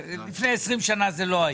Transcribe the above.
לפני 20 שנה זה לא היה.